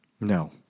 No